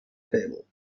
fable